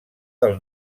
del